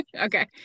okay